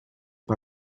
pas